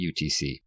UTC